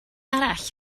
arall